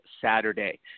Saturday